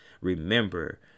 remember